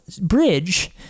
bridge